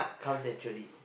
comes naturally